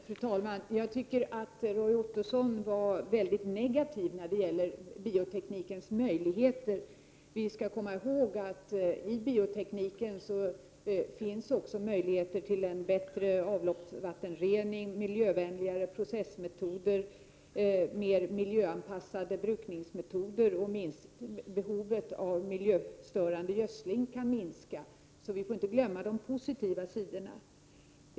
Fru talman! Jag tycker att Roy Ottosson var väldigt negativ när det gäller bioteknikens möjligheter. Vi skall komma ihåg att det inom biotekniken också finns möjligheter till en bättre avloppsvattenrening, miljövänligare processmetoder och mer miljöanpassade brukningsmetoder. Behovet av miljöstörande gödsel kan minskas. Så vi får inte glömma bort de positiva sidorna.